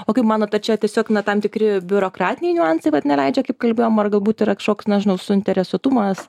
o kaip manot ar čia tiesiog na tam tikri biurokratiniai niuansai vat neleidžia kaip kalbėjom ar galbūt yra kažkoks nežinau suinteresuotumas